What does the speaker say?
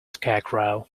scarecrow